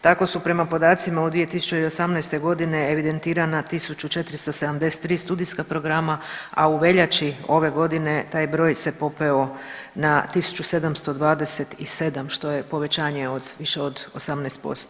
Tako su prema podacima od 2018. g. evidentirana 1 473 studijska programa, a u veljači ove godine taj broj se popeo na 1 727, što je povećanje od više od 18%